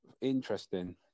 Interesting